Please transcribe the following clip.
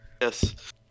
yes